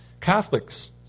Catholics